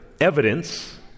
evidence